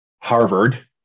Harvard